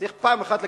צריך פעם אחת להגיד,